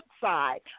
side